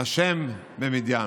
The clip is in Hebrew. השם במדיין.